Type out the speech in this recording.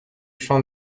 champ